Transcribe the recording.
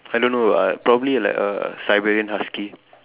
I don't know uh probably like a siberian husky